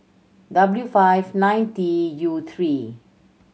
W five nine T U three